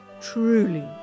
truly